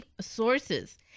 sources